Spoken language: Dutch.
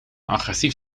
agressief